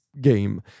game